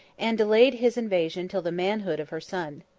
and delayed his invasion till the manhood of her son.